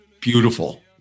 beautiful